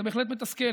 זה בהחלט מתסכל,